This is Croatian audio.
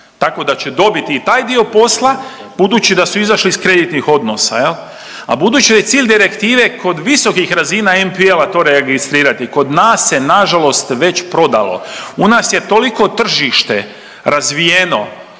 tako da će dobiti i taj dio posla budući da su izišli iz kreditnih odnosa jel, a budući da je cilj direktive kod visokih razina NPL-ova to registrirati, kod nas se nažalost već prodalo, u nas je toliko tržište razvijeno